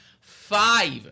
five